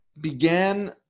began